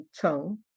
tongue